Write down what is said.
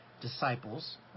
disciples